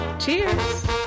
Cheers